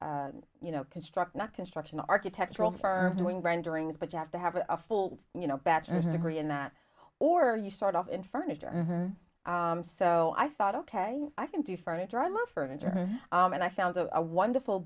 large you know construct not construction architectural firm or doing renderings but you have to have a full you know bachelor's degree in that or you start off in furniture and her so i thought ok i can do furniture i love furniture and i found a wonderful